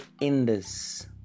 Indus